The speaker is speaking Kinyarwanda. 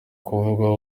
kuvugwaho